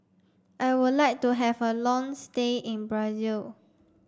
I would like to have a long stay in Brazil